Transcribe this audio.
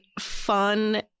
fun